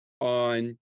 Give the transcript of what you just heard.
on